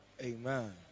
Amen